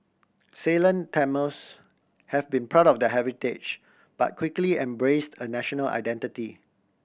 Ceylon Tamils have been proud of their heritage but quickly embraced a national identity